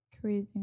Crazy